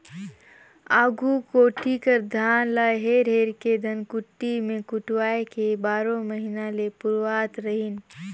आघु कोठी कर धान ल हेर हेर के धनकुट्टी मे कुटवाए के बारो महिना ले पुरावत रहिन